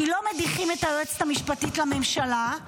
כי לא מדיחים את היועצת המשפטית לממשלה.